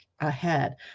ahead